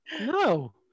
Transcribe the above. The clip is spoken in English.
No